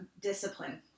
discipline